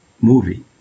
movie